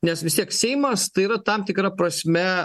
nes vis tiek seimas tai yra tam tikra prasme